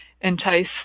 entice